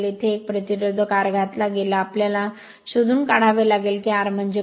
येथे एक प्रतिरोधक R घातला गेला होता आम्हाला शोधून काढावे लागेल की R म्हणजे काय